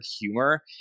humor